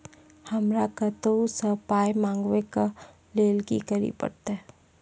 हमरा कतौ सअ पाय मंगावै कऽ लेल की करे पड़त?